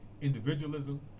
individualism